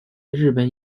日本